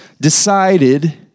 decided